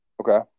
Okay